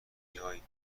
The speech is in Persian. میای